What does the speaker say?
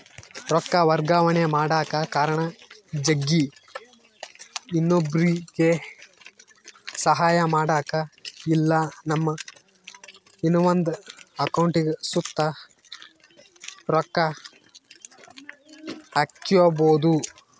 ರೊಕ್ಕ ವರ್ಗಾವಣೆ ಮಾಡಕ ಕಾರಣ ಜಗ್ಗಿ, ಇನ್ನೊಬ್ರುಗೆ ಸಹಾಯ ಮಾಡಕ ಇಲ್ಲಾ ನಮ್ಮ ಇನವಂದ್ ಅಕೌಂಟಿಗ್ ಸುತ ರೊಕ್ಕ ಹಾಕ್ಕ್ಯಬೋದು